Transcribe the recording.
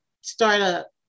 startup